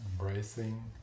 embracing